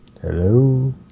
Hello